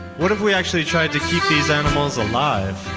what if we actually tried to keep these animals alive?